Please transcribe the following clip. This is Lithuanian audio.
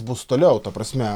bus toliau ta prasme